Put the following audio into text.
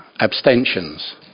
Abstentions